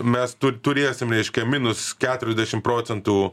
mes turėsim reiškia minus keturiasdešim procentų